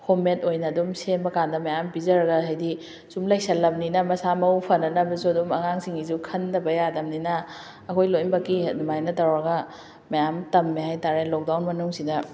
home ꯃꯦꯠ ꯑꯣꯏꯅ ꯑꯗꯨꯝ ꯁꯦꯝꯕ ꯀꯥꯟꯗ ꯃꯌꯥꯝ ꯄꯤꯖꯔꯒ ꯍꯥꯏꯕꯗꯤ ꯑꯁꯨꯝ ꯂꯩꯁꯜꯂꯃꯤꯅ ꯃꯁꯥ ꯃꯎ ꯐꯅꯅꯕꯁꯨ ꯑꯗꯨꯝ ꯑꯉꯥꯡꯁꯤꯡꯒꯤꯁꯨ ꯈꯟꯗꯕ ꯌꯥꯗꯕꯅꯤꯅ ꯑꯩꯈꯣꯏ ꯂꯣꯏꯅꯃꯛꯀꯤ ꯑꯗꯨꯃꯥꯏꯅ ꯇꯧꯔꯒ ꯃꯌꯥꯝ ꯇꯝꯃꯦ ꯍꯥꯏꯇꯥꯔꯦ ꯂꯣꯛ ꯗꯥꯎꯟ ꯃꯅꯨꯡꯁꯤꯗ